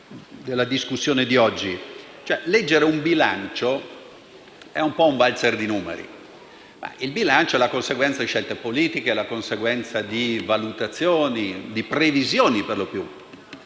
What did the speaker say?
della discussione di oggi. Leggere un bilancio è un po' un valzer di numeri. Il bilancio è la conseguenza di scelte politiche, valutazioni e previsioni, per lo più;